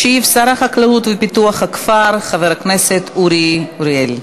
ישיב שר החקלאות ופיתוח הכפר חבר הכנסת אורי אריאל.